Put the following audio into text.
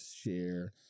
share